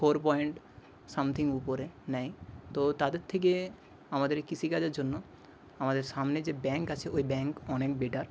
four point something উপরে নেয় তো তাদের থেকে আমাদের কৃষি কাজের জন্য আমাদের সামনে যে ব্যাঙ্ক আছে ওই ব্যাঙ্ক অনেক বেটার